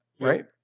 Right